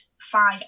five